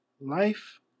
Life